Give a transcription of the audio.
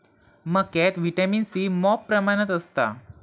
मक्यात vitamin C मॉप प्रमाणात असता